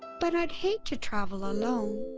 but i'd hate to travel alone,